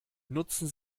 nutzen